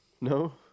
No